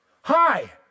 hi